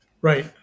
Right